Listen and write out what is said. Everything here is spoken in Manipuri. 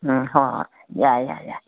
ꯎꯝ ꯍꯣꯏ ꯍꯣꯏ ꯌꯥꯏ ꯌꯥꯏ ꯌꯥꯏ